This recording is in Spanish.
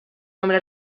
nombre